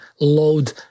load